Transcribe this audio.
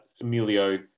Emilio